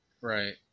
Right